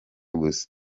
gusa